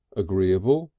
agreeable,